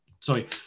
sorry